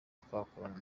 twakorana